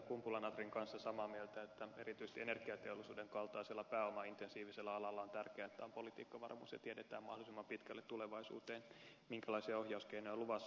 kumpula natrin kanssa samaa mieltä että erityisesti energiateollisuuden kaltaisella pääomaintensiivisellä alalla on tärkeää että on politiikkavarmuus ja tiedetään mahdollisimman pitkälle tulevaisuuteen minkälaisia ohjauskeinoja on luvassa